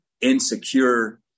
insecure